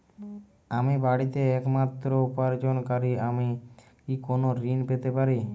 আমি বাড়িতে একমাত্র উপার্জনকারী আমি কি কোনো ঋণ পেতে পারি?